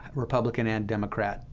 republican and democrat,